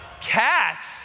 cats